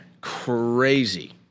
Crazy